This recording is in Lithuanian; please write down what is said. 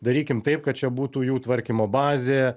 darykim taip kad čia būtų jų tvarkymo bazė